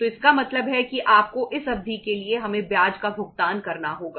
तो इसका मतलब है कि आपको इस अवधि के लिए हमें ब्याज का भुगतान करना होगा